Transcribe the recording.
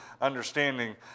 understanding